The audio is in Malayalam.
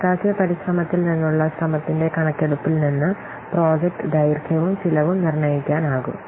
കണക്കാക്കിയ പരിശ്രമത്തിൽ നിന്നുള്ള ശ്രമത്തിന്റെ കണക്കെടുപ്പിൽ നിന്ന് പ്രോജക്റ്റ് ദൈർഘ്യവും ചെലവും നിർണ്ണയിക്കാനാകും